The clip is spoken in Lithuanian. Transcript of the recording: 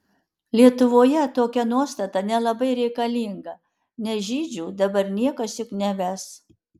lietuvoje tokia nuostata nelabai reikalinga nes žydžių dabar niekas juk neves